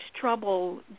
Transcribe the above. trouble